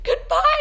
goodbye